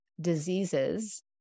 diseases